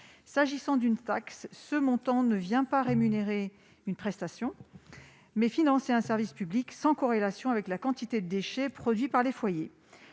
S'agissant d'une taxe, ces sommes ne rémunèrent pas une prestation, mais financent un service public, sans corrélation avec la quantité de déchets produits par les foyers.